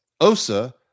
OSA